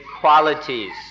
qualities